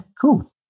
cool